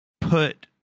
put